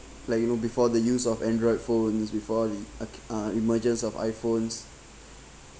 like you know before the use of android phones before the ak~ uh emergence of iphones